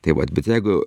tai vat bet jeigu